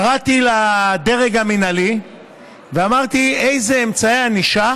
קראתי לדרג המינהלי ואמרתי: איזה אמצעי ענישה